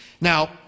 Now